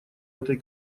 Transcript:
этой